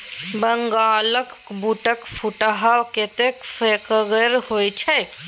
बंगालक बूटक फुटहा कतेक फोकगर होए छै